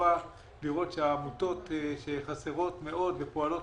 טובה לראות שהעמותות שחסרות מאוד ופועלות